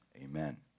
amen